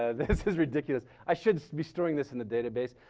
ah this is ridiculous. i should be storing this in a database.